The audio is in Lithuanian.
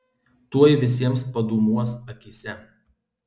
tuoj visiems padūmuos akyse